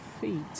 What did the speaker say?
feet